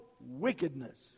wickedness